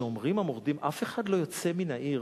כשאומרים המורדים, אף אחד לא יוצא מן העיר,